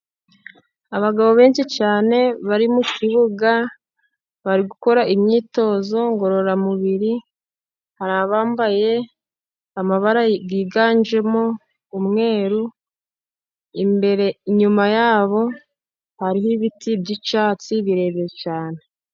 Abagabo benshi cyane bari mu kibuga bari gukora imyitozo ngororamubiri, hari abambaye amabara yiganjemo y'umweru. Imbere n'inyuma yabo hariho ibiti by'icyatsi birebire cyane.